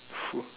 !woo!